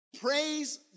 Praise